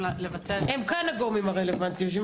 לבצע --- הם כאן הגורמים הרלוונטיים.